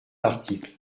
l’article